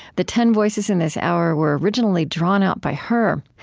the ten voices in this hour were originally drawn out by her.